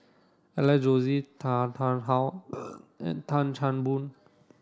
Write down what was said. Alex Josey Tan Tarn How and Tan Chan Boon